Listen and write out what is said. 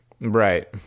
Right